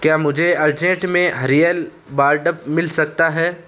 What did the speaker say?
کیا مجھے ارجنٹ میں ہریل بار ڈب مل سکتا ہے